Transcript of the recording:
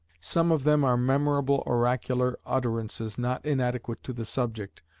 some of them are memorable oracular utterances not inadequate to the subject,